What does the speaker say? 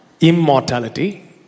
immortality